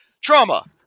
trauma